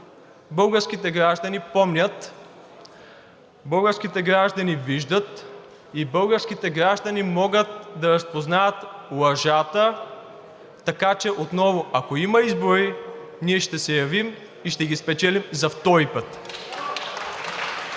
българските граждани помнят, българските граждани виждат и българските граждани могат да разпознават лъжата, така че отново, ако има избори, ние ще се явим и ще ги спечелим за втори път.